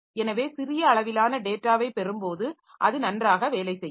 எனவே சிறிய அளவிலான டேட்டாவைப் பெறும்போது அது நன்றாக வேலை செய்யும்